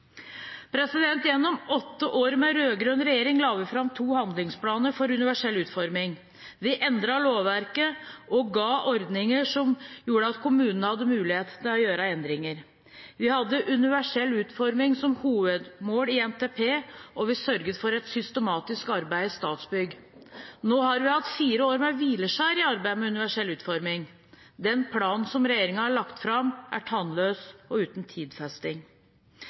Gjennom åtte år med rød-grønn regjering la vi fram to handlingsplaner for universell utforming. Vi endret lovverket og ga ordninger som gjorde at kommunene hadde mulighet til å gjøre endringer. Vi hadde universell utforming som hovedmål i NTP, og vi sørget for et systematisk arbeid i Statsbygg. Nå har vi hatt fire år med hvileskjær i arbeidet med universell utforming. Den planen som regjeringen har lagt fram, er tannløs og uten tidfesting.